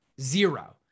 zero